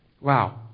Wow